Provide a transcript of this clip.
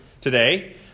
today